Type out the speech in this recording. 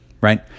Right